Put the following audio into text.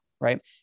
right